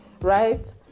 right